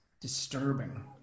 disturbing